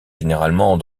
généralement